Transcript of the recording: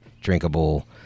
drinkable